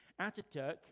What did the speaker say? Ataturk